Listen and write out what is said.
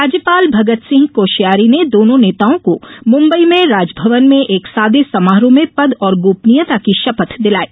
राज्यपाल भगत सिंह कोश्यारी ने दोनों नेताओं को मुम्बई में राजभवन में एक सादे समारोह में पद और गोपनीयता की शपथ दिलाई